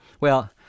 Well-